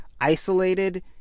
isolated